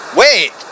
wait